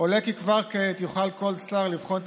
עולה כי כבר כעת יוכל כל שר לבחון את